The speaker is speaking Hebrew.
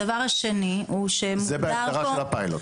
הדבר השני -- זה בהגדרה של הפיילוט.